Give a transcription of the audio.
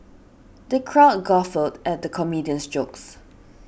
the crowd guffawed at the comedian's jokes